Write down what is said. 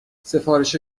سفارش